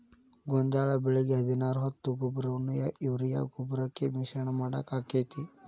ಗೋಂಜಾಳ ಬೆಳಿಗೆ ಹದಿನಾರು ಹತ್ತು ಗೊಬ್ಬರವನ್ನು ಯೂರಿಯಾ ಗೊಬ್ಬರಕ್ಕೆ ಮಿಶ್ರಣ ಮಾಡಾಕ ಆಕ್ಕೆತಿ?